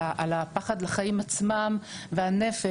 על הפחד על החיים עצמם והנפש.